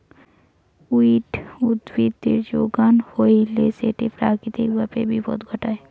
weed উদ্ভিদের যোগান হইলে সেটি প্রাকৃতিক ভাবে বিপদ ঘটায়